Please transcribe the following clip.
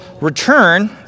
return